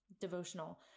devotional